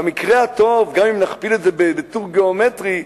במקרה הטוב גם אם נכפיל את זה בטור גיאומטרי,